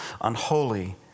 unholy